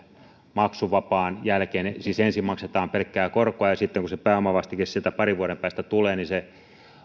maksuvapaan jälkeen siis ensin maksetaan pelkkää korkoa ja sitten kun se pääomavastike sieltä parin vuoden päästä tulee se